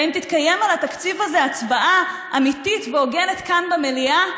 האם תתקיים על התקציב הזה הצבעה אמיתית והוגנת כאן במליאה?